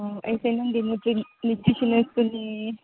ꯑꯥ ꯑꯩꯁꯦ ꯅꯪꯒꯤ ꯅ꯭ꯌꯨꯇ꯭ꯔꯤꯁꯟꯅꯔꯤꯁꯇꯨꯅꯦ